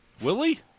Willie